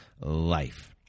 life